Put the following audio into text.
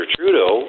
Trudeau